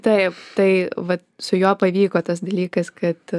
taip tai vat su juo pavyko tas dalykas kad